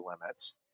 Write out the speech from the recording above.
limits